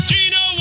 Gino